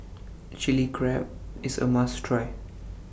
Chilli Crab IS A must Try